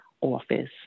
office